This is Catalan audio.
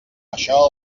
això